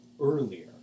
earlier